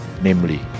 namely